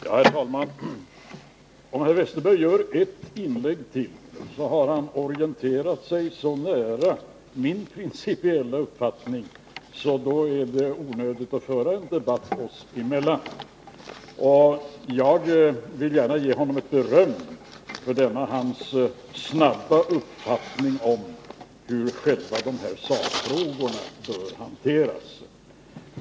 Herr talman! Om herr Westerberg gör ett inlägg till har han orienterat sig så nära min principiella uppfattning att det är onödigt att föra en debatt oss emellan. Jag vill gärna ge honom beröm för denna hans snabba förändring i fråga om hur själva sakfrågorna bör hanteras.